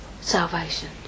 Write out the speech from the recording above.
salvation